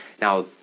Now